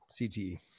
cte